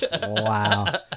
wow